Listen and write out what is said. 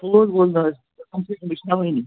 ٹھوٗل ووٗل نہٕ حظ تم چھُس نہٕ بہٕ کھیٚوٲنی